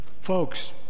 Folks